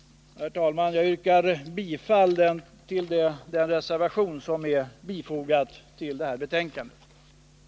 Herr talman! Jag yrkar bifall till reservationen vid näringsutskottets betänkande nr 54.